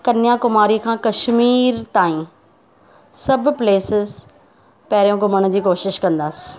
कन्याकुमारी खां कश्मीर ताईं सभ प्लेसिस पहिरों घुमण जी कोशिश कंदासीं